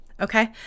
Okay